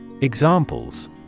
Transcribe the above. Examples